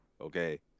okay